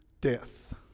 death